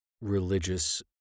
religious